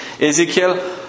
Ezekiel